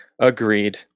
Agreed